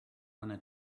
wanna